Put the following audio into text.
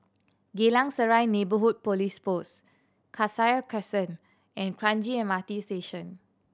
Geylang Serai Neighbourhood Police Post Cassia Crescent and Kranji M R T Station